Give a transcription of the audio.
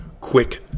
quick